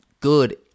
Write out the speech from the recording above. good